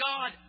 God